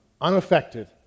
unaffected